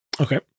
Okay